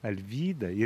alvyda ir